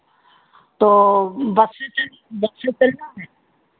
तो बस से चल बस से चलना है